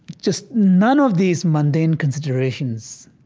just none of these mundane considerations,